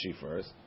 first